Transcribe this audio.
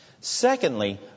Secondly